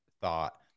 thought